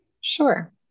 Sure